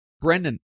Brendan